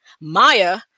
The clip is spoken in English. Maya